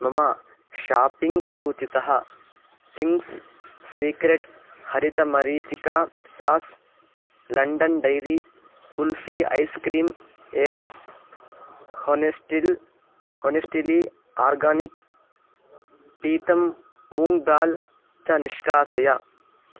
मम शापिङ्ग् सूचीतः Ching's secret हरितमरीचिका sauce London dairy kulfi ice cream एवं होनेस्टिल् होनेस्टिली आर्गानिक् पीतं मूङ्ग् दाल् च निष्कासय